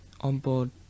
Onboard